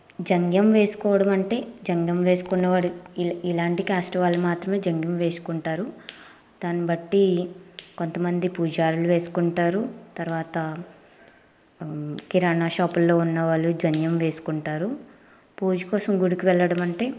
జంజ్యం వేసుకోవడం అంటే జంజ్యం వేసుకున్నవాడు ఈ ఇలాంటి క్యాస్ట్ వాళ్ళు మాత్రమే జంజ్యం వేసుకుంటారు దాన్ని బట్టి కొంతమంది పూజారులు వేసుకుంటారు తర్వాత కిరాణా షాపుల్లో ఉన్నవాళ్ళు జంజ్యం వేసుకుంటారు పూజ కోసం గుడికి వెళ్లడం అంటే